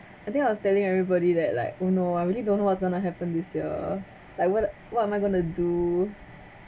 I think I was telling everybody that like oh no I really don't know what's gonna happen this year I what what am I going to do